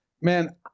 Man